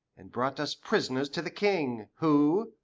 and brought us prisoners to the king, who,